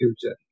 future